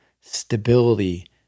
stability